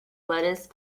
lettuce